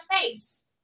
face